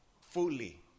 fully